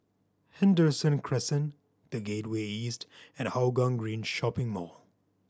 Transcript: Henderson Crescent The Gateway East and Hougang Green Shopping Mall